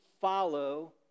follow